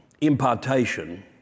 impartation